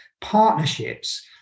partnerships